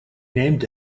named